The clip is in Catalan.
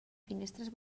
finestres